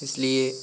इसलिए